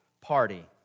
party